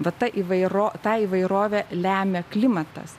bet ta įvairo tą įvairovę lemia klimatas